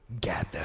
gather